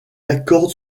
accorde